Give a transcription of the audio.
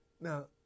Now